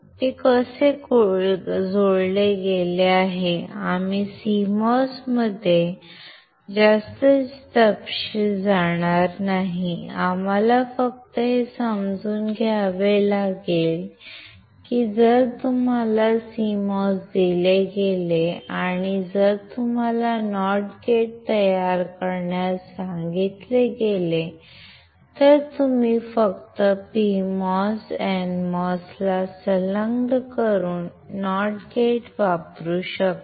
ते कसे जोडले गेले आहे आणि आम्ही CMOS मध्ये जास्त तपशील जाणार नाही आम्हाला फक्त हे समजून घ्यावे लागेल की जर तुम्हाला CMOS दिले गेले आणि जर तुम्हाला नॉट गेट तयार करण्यास सांगितले गेले तर तुम्ही फक्त PMOS NMOS ला संलग्न करून नॉट गेट वापरू शकता